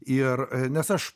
ir nes aš